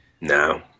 no